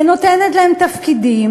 נותנת להם תפקידים,